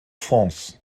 france